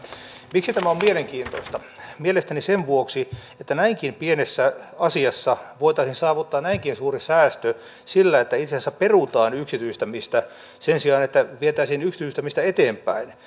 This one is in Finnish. miksi tämä on mielenkiintoista mielestäni sen vuoksi että näinkin pienessä asiassa voitaisiin saavuttaa näinkin suuri säästö sillä että itse asiassa perutaan yksityistämistä sen sijaan että vietäisiin yksityistämistä eteenpäin